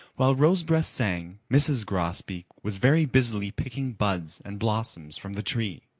while rosebreast sang, mrs. grosbeak was very busily picking buds and blossoms from the tree.